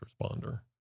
responder